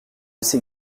ses